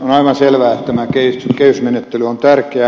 on aivan selvää että tämä kehysmenettely on tärkeä